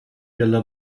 della